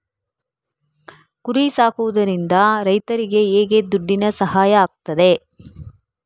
ಕುರಿ ಸಾಕುವುದರಿಂದ ರೈತರಿಗೆ ಹೇಗೆ ದುಡ್ಡಿನ ಸಹಾಯ ಆಗ್ತದೆ?